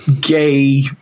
gay